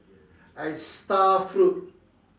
and starfruit